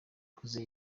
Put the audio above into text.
kugeza